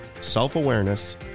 self-awareness